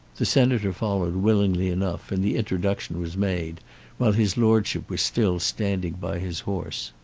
the senator followed willingly enough and the introduction was made while his lordship was still standing by his horse.